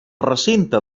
recinte